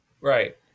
Right